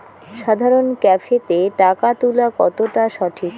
সাধারণ ক্যাফেতে টাকা তুলা কতটা সঠিক?